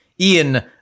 Ian